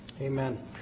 Amen